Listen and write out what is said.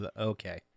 okay